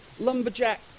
Lumberjack